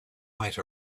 might